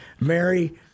Mary